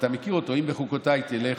שאתה מכיר אותו: "אם בחקתי תלכו,